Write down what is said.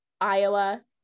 Iowa